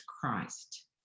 Christ